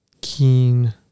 keen